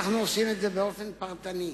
אנחנו עושים את זה באופן פרטני,